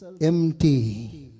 empty